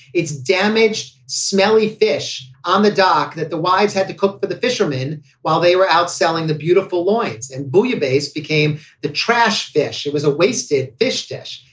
it's damaged, smelly fish on the dock that the wives had to cook for the fishermen while they were out selling the beautiful loins and bouillabaisse became the trash fish. it was a wasted fish dish.